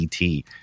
et